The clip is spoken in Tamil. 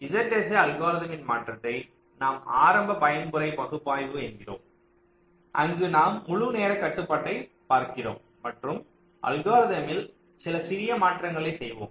ZSA அல்கோரிதம்மின் மாற்றத்தை நாம் ஆரம்ப பயன்முறை பகுப்பாய்வு என்கிறோம் அங்கு நாம் முழு நேரக் கட்டுப்பாட்டை பார்க்கிறோம் மற்றும் அல்கோரிதம்மில் சில சிறிய மாற்றங்களைச் செய்வோம்